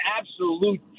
absolute